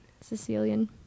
Sicilian